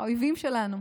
האויבים שלנו.